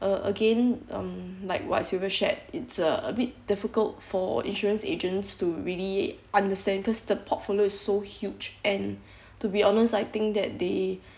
uh again um like what sylvia ever shared it's a bit difficult for insurance agents to really understand cause the portfolio is so huge and to be honest I think that they